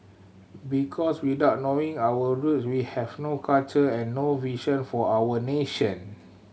because without knowing our roots we have no culture and no vision for our nation